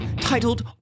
titled